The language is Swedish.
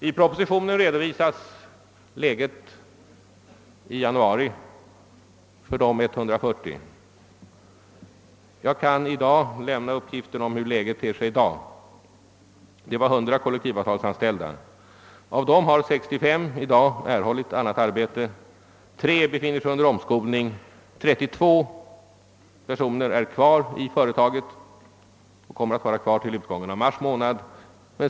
I propositionen redovisas läget i januari för de 140 friställda. Jag kan i dag lämna uppgift om hur läget ter sig för närvarande. Av de 100 kollektivavtalsanställda har nu 65 erhållit annat arhete, 3 befinner sig under omskolning och 32 personer är kvar i företaget och kommer att stanna till utgången av mars månad.